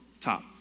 top